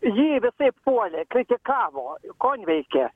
jį visaip puolė kritikavo konveikė